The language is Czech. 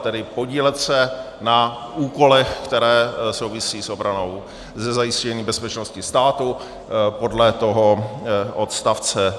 Tedy podílet se na úkolech, které souvisí s obranou, se zajištěním bezpečnosti státu podle toho odst.